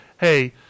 hey